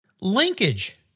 Linkage